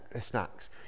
snacks